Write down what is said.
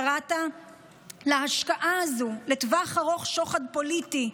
קראת להשקעה הזו לטווח הארוך "שוחד פוליטי",